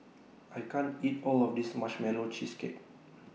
I can't eat All of This Marshmallow Cheesecake